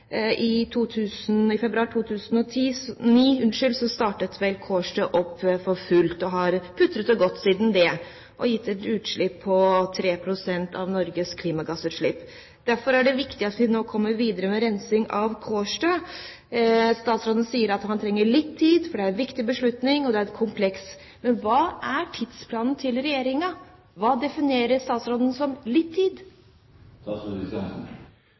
I februar 2009 startet Kårstø opp for fullt og har putret og gått siden det, og gitt et utslipp på 3 pst. av Norges klimagassutslipp. Derfor er det viktig at vi nå kommer videre med rensing på Kårstø. Statsråden sier at vi trenger litt tid, for det er en viktig beslutning, og det er komplekst. Men hva er tidsplanen til Regjeringen? Hva definerer statsråden som